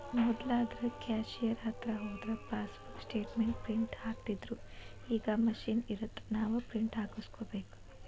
ಮೊದ್ಲಾದ್ರ cashier ಹತ್ರ ಹೋದ್ರ passbook statement print ಹಾಕ್ತಿತ್ದ್ರುಈಗ ಮಷೇನ್ ಇರತ್ತ ನಾವ ಪ್ರಿಂಟ್ ಹಾಕಸ್ಕೋಬೇಕ